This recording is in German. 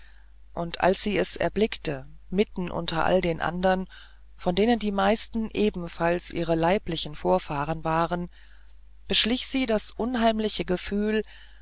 und als sie es erblickte mitten unter all den andern von denen die meisten ebenfalls ihre leiblichen vorfahren waren beschlich sie das unheimliche gefühl